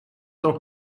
auch